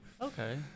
Okay